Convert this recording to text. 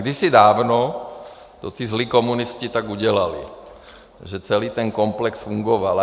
A kdysi dávno to ti zlí komunisté tak udělali, že celý ten komplex fungoval.